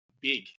big